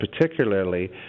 particularly